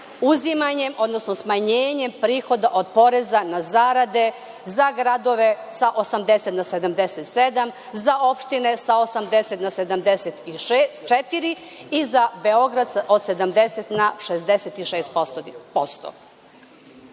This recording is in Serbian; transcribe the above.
uzimanjem, odnosno smanjenjem prihoda od poreza na zarade za gradove sa 80% na 77% za opštine sa 80% na 74% i za Beograd sa 70% na 66%